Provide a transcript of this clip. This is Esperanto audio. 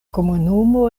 komunumo